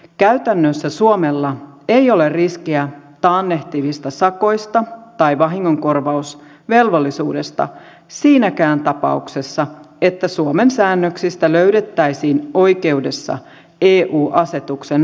käytännössä suomella ei ole riskiä taannehtivista sakoista tai vahingonkorvausvelvollisuudesta siinäkään tapauksessa että suomen säännöksistä löydettäisiin oikeudessa eu asetuksen vastaisuutta